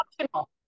optional